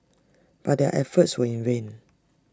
but their efforts were in vain